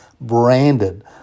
branded